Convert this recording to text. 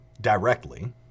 directly